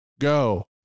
go